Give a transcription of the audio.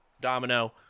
domino